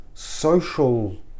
social